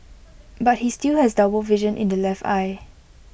but he still has double vision in the left eye